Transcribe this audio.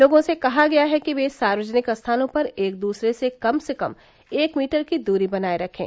लोगों से कहा गया है कि वे सार्वजनिक स्थानों पर एक दूसरे से कम से कम एक मीटर की दूरी बनाये रखें